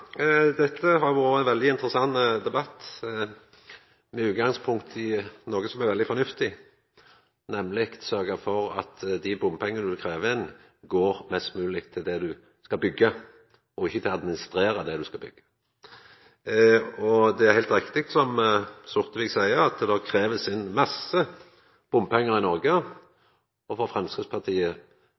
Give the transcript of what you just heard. dette har vore ein veldig interessant debatt med utgangspunkt i noko som er veldig fornuftig, nemleg å sørgja for at dei bompengane ein krev inn, mest mogleg går til det ein skal byggja og ikkje til å administrera det ein skal byggja. Det er heilt riktig som Sortevik seier, at det blir kravd inn masse bompengar i Noreg, og